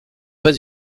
pas